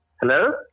Hello